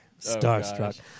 Starstruck